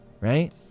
right